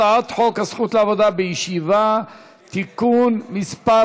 הצעת חוק הזכות לעבודה בישיבה (תיקון מס'